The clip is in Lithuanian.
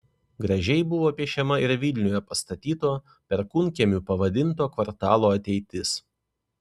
gražiai buvo piešiama ir vilniuje pastatyto perkūnkiemiu pavadinto kvartalo ateitis